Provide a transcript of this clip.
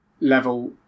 level